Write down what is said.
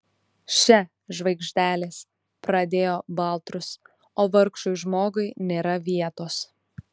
še žvaigždelės pradėjo baltrus o vargšui žmogui nėra vietos